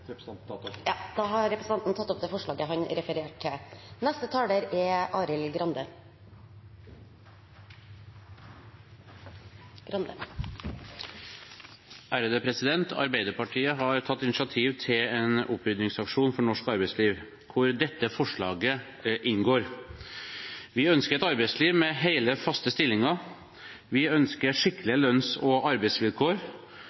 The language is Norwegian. representanten. Representanten Per Olaf Lundteigen har tatt opp det forslaget han refererte til. Arbeiderpartiet har tatt initiativ til en opprydningsaksjon i norsk arbeidsliv der dette forslaget inngår. Vi ønsker et arbeidsliv med hele, faste stillinger. Vi ønsker